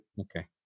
okay